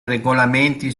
regolamenti